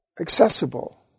accessible